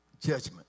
judgment